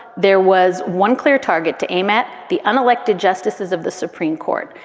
there was one clear target to aim at the unelected justices of the supreme court.